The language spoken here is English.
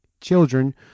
children